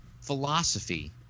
philosophy